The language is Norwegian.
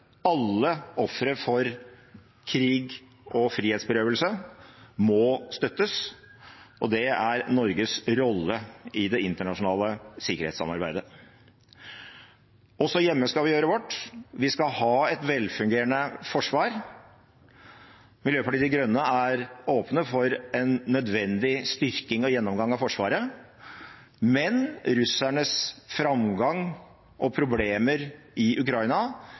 Alle ofre for krig og frihetsberøvelse må støttes, og det er Norges rolle i det internasjonale sikkerhetssamarbeidet. Også hjemme skal vi gjøre vårt. Vi skal ha et velfungerende forsvar. Miljøpartiet De Grønne er åpne for en nødvendig styrking og gjennomgang av Forsvaret, men russernes framgang og problemer i Ukraina